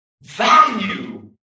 value